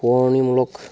সোঁৱৰণীমূলক